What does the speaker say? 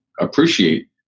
appreciate